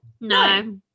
No